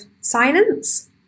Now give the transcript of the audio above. silence